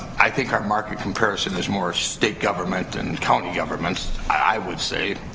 i think our market comparison is more state government and county governments, i would say